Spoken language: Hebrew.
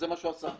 זה מה שהוא עשה.